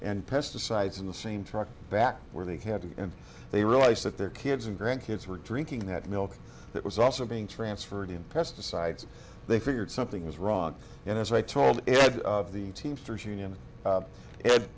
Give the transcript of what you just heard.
and pesticides in the same truck back where they had to and they realized that their kids and grandkids were drinking that milk that was also being transferred in pesticides they figured something was wrong and as i told the teamsters union